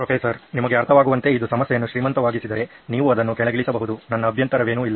professor ನಿಮಗೆ ಅರ್ಥವಾಗುವಂತೆ ಇದು ಸಮಸ್ಯೆಯನ್ನು ಶ್ರೀಮಂತವಾಗಿಸಿದರೆ ನೀವು ಅದನ್ನು ಕೆಳಗಿಳಿಸಬಹುದು ನನ್ನ ಅಭ್ಯಂತರವೇನೂ ಇಲ್ಲ